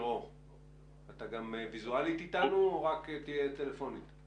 אתם מפעילים רכבת שהיא מורכבת מאוד